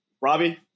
Robbie